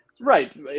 Right